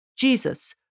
Jesus